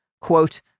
Quote